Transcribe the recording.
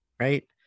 Right